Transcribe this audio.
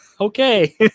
Okay